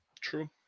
true